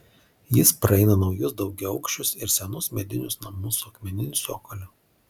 jis praeina naujus daugiaaukščius ir senus medinius namus su akmeniniu cokoliu